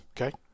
Okay